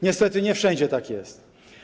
Niestety nie wszędzie tak jest.